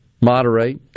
moderate